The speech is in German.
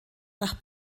nach